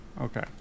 okay